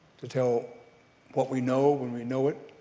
to tell what we know, when we know it,